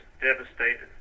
devastated